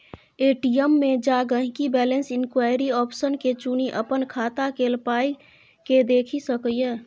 ATM मे जा गांहिकी बैलैंस इंक्वायरी आप्शन के चुनि अपन खाता केल पाइकेँ देखि सकैए